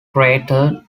crater